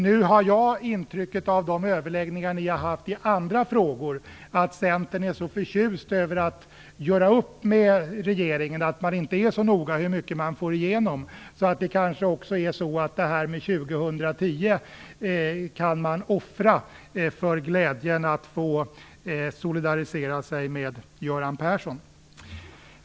Nu har jag det intrycket, av de överläggningar de har haft i andra frågor, att Centern är så förtjust över att göra upp med regeringen att man inte är så noga med hur mycket man får igenom, så att man kanske också kan offra detta med 2010 för glädjen att få solidarisera sig med Göran Persson.